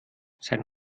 sein